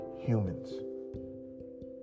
humans